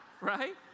Right